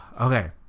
Okay